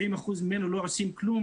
70% ממנו לא עושים כלום.